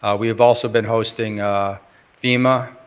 ah we have also been hosting fema.